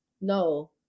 No